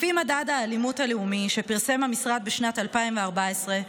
לפי מדד האלימות הלאומי שפרסם המשרד בשנת 2014,